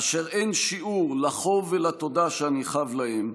אשר אין שיעור לחוב ולתודה שאני חב להם,